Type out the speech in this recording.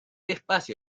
espacio